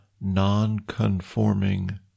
non-conforming